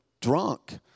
drunk